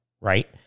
right